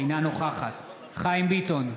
אינה נוכחת חיים ביטון,